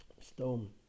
stone